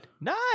nice